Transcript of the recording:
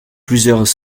plusieurs